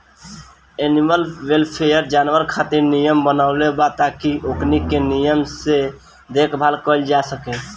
animal welfare, जानवर खातिर नियम बनवले बा ताकि ओकनी के निमन से देखभाल कईल जा सके